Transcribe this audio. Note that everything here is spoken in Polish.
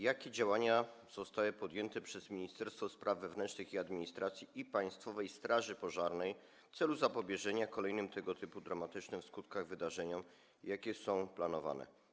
Jakie działania zostały podjęte przez Ministerstwo Spraw Wewnętrznych i Administracji oraz Państwową Straż Pożarną w celu zapobieżenia kolejnym tego typu dramatycznym w skutkach wydarzeniom i jakie działania są planowane?